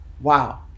Wow